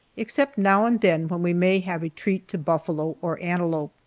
except now and then, when we may have a treat to buffalo or antelope.